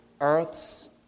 Earth's